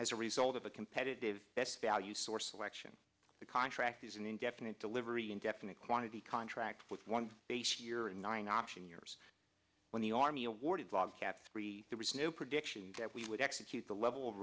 as a result of a competitive best value source election the contract is an indefinite delivery indefinite quantity contracts with one base year and nine option years when the army awarded log cat three there was no prediction that we would execute the level of